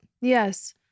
Yes